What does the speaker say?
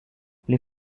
les